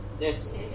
Yes